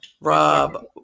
Rob